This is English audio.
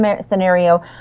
scenario